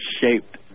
shaped